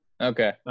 Okay